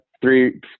three